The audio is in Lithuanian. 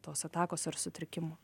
tos atakos ar sutrikimo